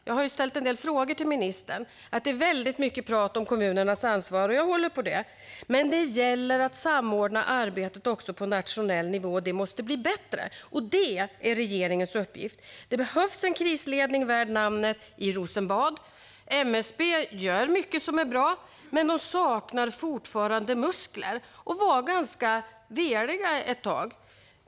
Jag har ställt en del frågor till ministern, och jag har noterat att det är väldigt mycket prat om kommunernas ansvar. Jag håller med om detta, men det gäller att också samordna arbetet på nationell nivå. Detta måste bli bättre, och det är regeringens uppgift. Det behövs en krisledning värd namnet i Rosenbad. MSB gör mycket som är bra men saknar fortfarande muskler och var ganska veliga ett tag.